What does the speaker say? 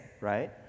right